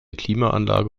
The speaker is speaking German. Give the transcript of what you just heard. klimaanlage